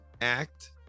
act